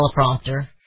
teleprompter